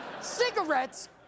Cigarettes